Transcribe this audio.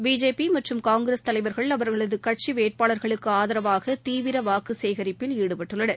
BJP மற்றும் காங்கிரஸ் தலைவர்கள் அவர்களது கட்சி வேட்பாளர்களுக்கு ஆதரவாக தீவிர வாக்கு சேகரிப்பில் ஈடுபட்டுள்ளனர்